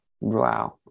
Wow